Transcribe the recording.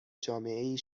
جامعهای